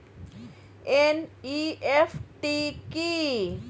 NEFT কি?